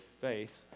faith